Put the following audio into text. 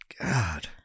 God